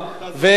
אגב,